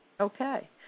Okay